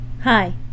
Hi